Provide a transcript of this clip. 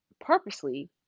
purposely